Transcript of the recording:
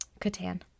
Catan